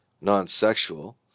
non-sexual